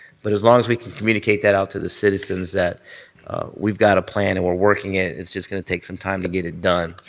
but as long as we can communicate that out to the citizens that we've got a plan and we're working it, it's just going to take some time to get it done.